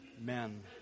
men